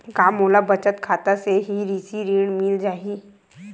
का मोला बचत खाता से ही कृषि ऋण मिल जाहि?